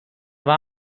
war